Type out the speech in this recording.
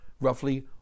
roughly